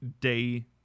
day